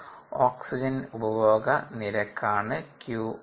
oxygen ഉപഭോഗ നിരക്കാണ് qO2